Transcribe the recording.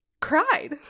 cried